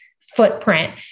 footprint